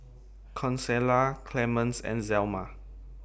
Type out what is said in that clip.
Consuela Clemence and Zelma